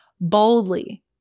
boldly